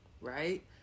right